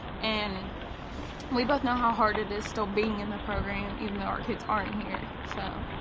and we both know how hard it is still being in the program even though are kids aren't here, so.